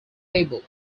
tabled